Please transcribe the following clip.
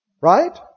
Right